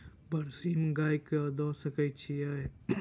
बरसीम गाय कऽ दऽ सकय छीयै?